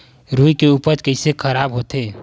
रुई के उपज कइसे खराब होथे?